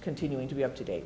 continuing to be up to date